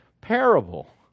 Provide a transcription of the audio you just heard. parable